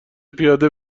پیاده